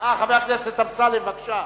חבר הכנסת אמסלם, בבקשה.